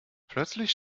plötzlich